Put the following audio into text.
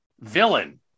villain